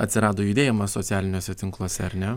atsirado judėjimas socialiniuose tinkluose ar ne